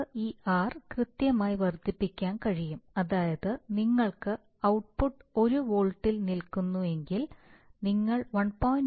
നമുക്ക് ഈ r കൃത്രിമമായി വർദ്ധിപ്പിക്കാൻ കഴിയും അതായത് നിങ്ങൾക്ക് output 1 വോൾട്ടിൽ നിൽക്കുന്നുവെങ്കിൽ നിങ്ങൾ 1